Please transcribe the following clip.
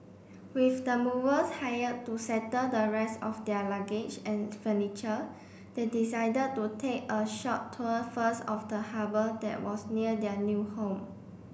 with the movers hired to settle the rest of their luggage and furniture they decided to take a short tour first of the harbour that was near their new home